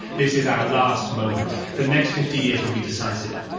this is our last moment. the next fifty years will be decisive.